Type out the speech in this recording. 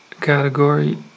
category